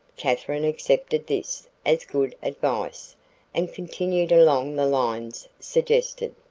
katherine accepted this as good advice and continued along the lines suggested.